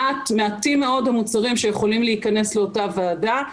מעטים מאוד המוצרים שיכולים להיכנס לאותה ועדה.